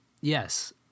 Yes